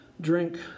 drink